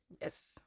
Yes